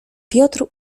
piotr